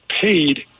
paid